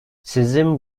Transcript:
sizin